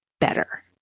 better